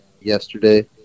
yesterday